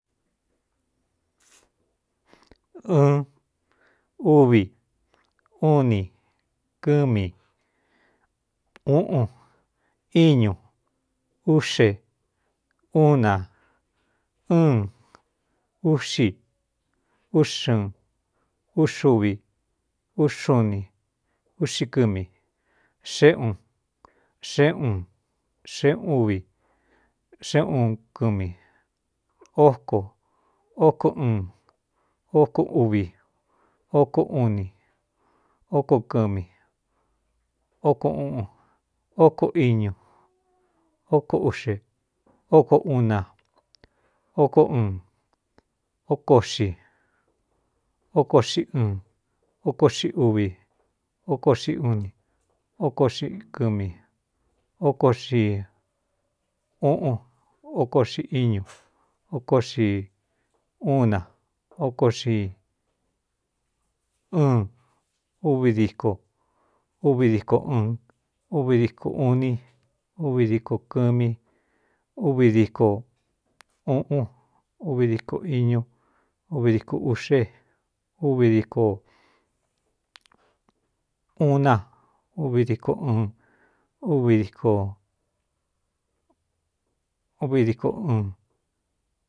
Iɨn uvi uun inī kɨmi uꞌun íñu úꞌxe uun na ɨn uꞌxi úx ɨɨn úxuvi úx uun ni uꞌxi kɨmi xéꞌun xé un xeúvi xéꞌuun kɨmi óko óko ɨɨn óko uvi óko uni ókoo kɨmióko iñu óko uꞌxe óko uu na óko ɨn óko xi oko xi ɨɨn oko xi uvi oko ꞌxi uni óko ꞌxi kɨmi oko x uꞌun oko ꞌxi iñu oko xi uu na oko xi ɨn uvi diko uvi diko ɨɨn uvi diko ūuni uvi diko kɨmi uvi díko uꞌun uvi diko iñu uvi diko ūꞌxe uvi diko uun na uvi diko ɨɨn v dikvi diko ɨɨn.